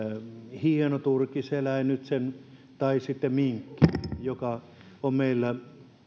hieno turkiseläin ja sitten minkki joka on meillä